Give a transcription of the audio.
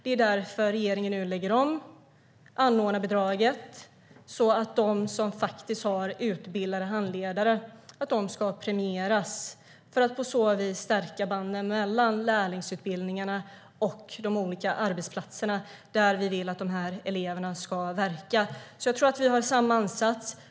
Därför lägger regeringen nu om anordnarbidraget så att de som har utbildade handledare premieras, för att på så vis stärka banden mellan lärlingsutbildningarna och de olika arbetsplatser där vi vill att eleverna ska verka. Jag tror att vi har samma ansats.